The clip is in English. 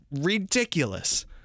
ridiculous